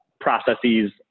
processes